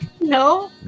No